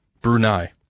Brunei